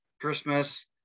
Christmas